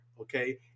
okay